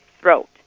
throat